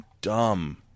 dumb